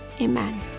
Amen